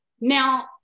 Now